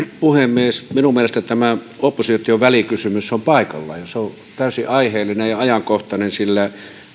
puhemies minun mielestäni tämä opposition välikysymys on paikallaan se on täysin aiheellinen ja ajankohtainen sillä